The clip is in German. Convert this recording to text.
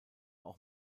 auch